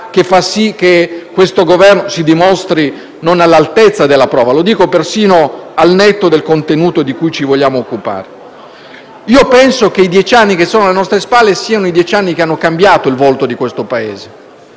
che fa sì che questo Governo si dimostri non all'altezza della prova. Lo dico persino al netto del contenuto di cui ci vogliamo occupare. A mio avviso i dieci anni che sono alle nostre spalle hanno cambiato il volto di questo Paese